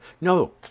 No